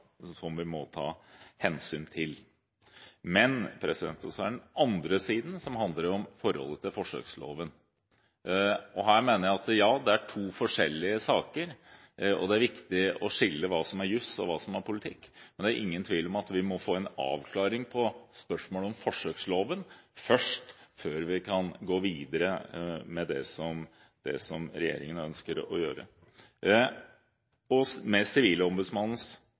som vi må ta hensyn til. Så er det den andre siden, som handler om forholdet til forsøksloven. Her mener jeg at det er to forskjellige saker, og det er viktig å skille mellom hva som er jus, og hva som er politikk. Men det er ingen tvil om at vi må få en avklaring på spørsmålet om forsøksloven først, før vi kan gå videre med det som regjeringen nå ønsker å gjøre.